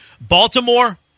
Baltimore